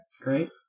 great